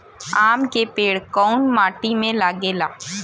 आम के पेड़ कोउन माटी में लागे ला?